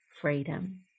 freedom